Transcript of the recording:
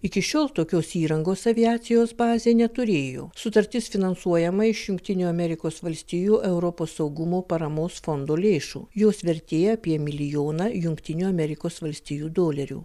iki šiol tokios įrangos aviacijos bazė neturėjo sutartis finansuojama iš jungtinių amerikos valstijų europos saugumo paramos fondo lėšų jos vertė apie milijoną jungtinių amerikos valstijų dolerių